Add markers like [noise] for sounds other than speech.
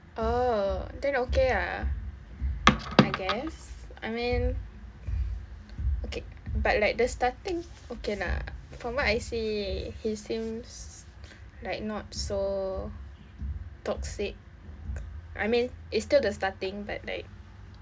oh then okay ah [noise] I guess I mean okay but like the starting okay lah from what I see he seems like not so toxic I mean it's still the starting but like